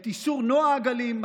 את איסור נוע הגלים,